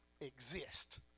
exist